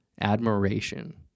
admiration